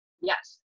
Yes